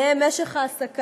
ובהם: משך ההעסקה,